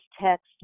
text